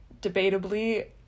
debatably